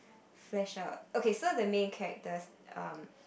flesh out okay so the main character's um